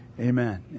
Amen